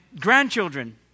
grandchildren